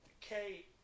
Kate